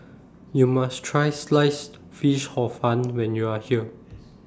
YOU must Try Sliced Fish Hor Fun when YOU Are here